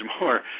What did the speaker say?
more